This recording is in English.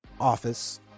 office